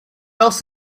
else